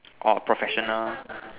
or professional